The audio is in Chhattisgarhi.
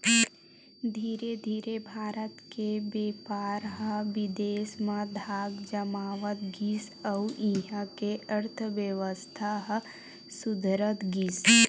धीरे धीरे भारत के बेपार ह बिदेस म धाक जमावत गिस अउ इहां के अर्थबेवस्था ह सुधरत गिस